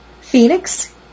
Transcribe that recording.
Phoenix